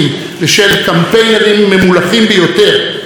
המורכבות הזאת נאלמת דום ומשתתקת.